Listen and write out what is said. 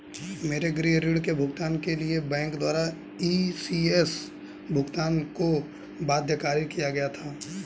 मेरे गृह ऋण के भुगतान के लिए बैंक द्वारा इ.सी.एस भुगतान को बाध्यकारी किया गया था